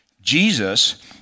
Jesus